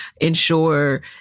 ensure